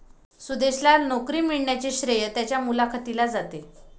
सुदेशला नोकरी मिळण्याचे श्रेय त्याच्या मुलाखतीला जाते